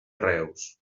reus